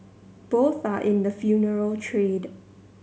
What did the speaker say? both are in the funeral trade